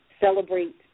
celebrate